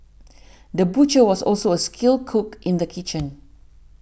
the butcher was also a skilled cook in the kitchen